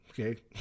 okay